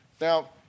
Now